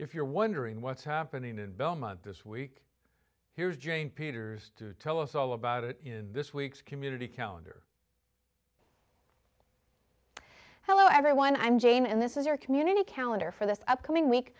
if you're wondering what's happening in belmont this week here's jane peters to tell us all about it in this week's community calendar hello everyone i'm jane and this is your community calendar for this upcoming week